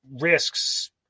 risks